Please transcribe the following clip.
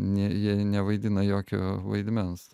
ne jie nevaidina jokio vaidmens